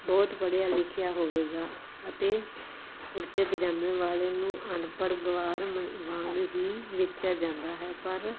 ਬਹੁਤ ਪੜ੍ਹਿਆ ਲਿਖਿਆ ਹੋਵੇਗਾ ਅਤੇ ਕੁੜਤੇ ਪਜਾਮੇ ਵਾਲੇ ਨੂੰ ਅਨਪੜ੍ਹ ਗਵਾਰ ਮਨ ਵਾਂਗ ਹੀ ਵੇਖਿਆ ਜਾਂਦਾ ਹੈ ਪਰ